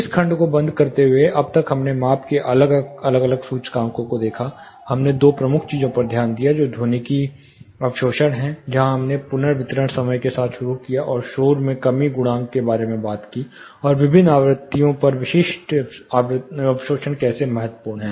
इस खंड को बंद करते हुए अब तक हमने माप के अलग अलग सूचकांकों को देखा हमने दो प्रमुख चीजों पर ध्यान दिया जो एक ध्वनिकी अवशोषण है जहां हमने पुनर्वितरण समय के साथ शुरू किया और शोर में कमी गुणांक के बारे में बात की और विभिन्न आवृत्तियों पर विशिष्ट अवशोषण कैसे महत्वपूर्ण है